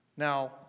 Now